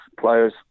players